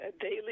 daily